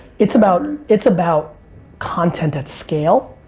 it's about, it's about content that's scale,